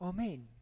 Amen